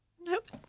nope